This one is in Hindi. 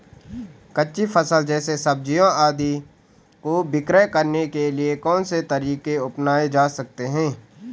कच्ची फसल जैसे सब्जियाँ आदि को विक्रय करने के लिये कौन से तरीके अपनायें जा सकते हैं?